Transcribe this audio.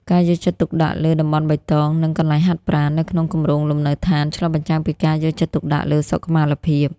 ការយកចិត្តទុកដាក់លើ "តំបន់បៃតង" និង "កន្លែងហាត់ប្រាណ" នៅក្នុងគម្រោងលំនៅឋាន ឆ្លុះបញ្ចាំងពីការយកចិត្តទុកដាក់លើសុខុមាលភាព។